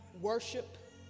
worship